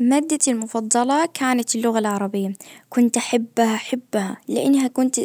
مادتي المفضلة كانت اللغة العربية. كنت احبها احبها لانها كنت